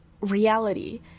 reality